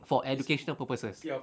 for educational purpose